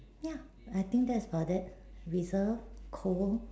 ya I think that's about it reserved cool